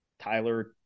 Tyler